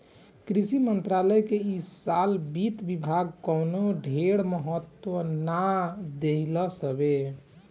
कृषि मंत्रालय के इ साल वित्त विभाग कवनो ढेर महत्व नाइ देहलस हवे